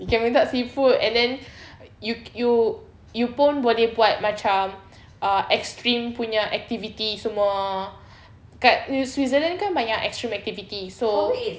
you can minta seafood and then you you you pun boleh buat macam uh extreme punya activity semua kat switzerland kan banyak extreme activities so